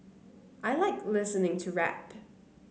I like listening to rap